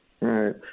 Right